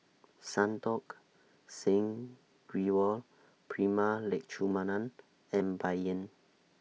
Santokh Singh Grewal Prema Letchumanan and Bai Yan